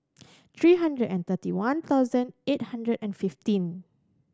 three hundred and thirty one thousand eight hundred and fifteen